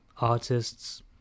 artists